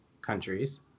countries